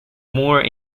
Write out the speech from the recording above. moore